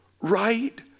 right